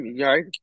right